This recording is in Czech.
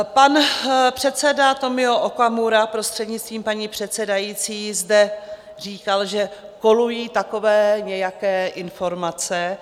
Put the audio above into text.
Pan předseda Tomio Okamura, prostřednictvím paní předsedající, zde říkal, že kolují takové nějaké informace.